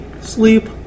Sleep